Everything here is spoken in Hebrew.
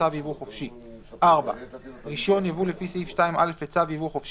צו יבוא חופשי); (4)רישיון יבוא לפי סעיף 2(א) לצו